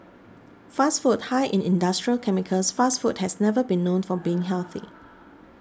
fast food high in industrial chemicals fast food has never been known for being healthy